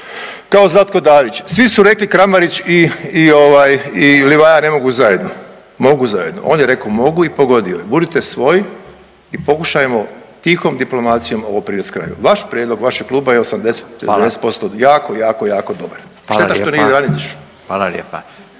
kao Zlatko Dalić, svi su rekli Kramarić i, i ovaj i Livaja ne mogu zajedno, mogu zajedno, on je rekao mogu i pogodio je, budite svoji i pokušajmo tihom diplomacijom ovo privest kraju. Vaš prijedlog vašeg kluba je 80…/Upadica Radin: Hvala/…90% jako, jako, jako dobar…/Upadica Radin: Hvala lijepa/…